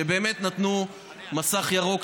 שנתנו מסך ירוק,